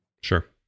Sure